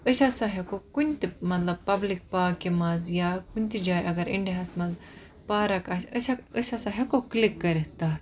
أسۍ ہَسا ہیٚکو کُنتہِ مَطلَب پَبلِک پاکہِ مَنٛز یا کُنتہِ جایہِ اَگَر اِنڈیاہَس مَنٛز پارَک آسہِ أسۍ أسۍ ہسا ہیٚکو کِلِک کٔرِتھ تَتھ